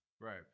right